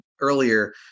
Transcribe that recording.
earlier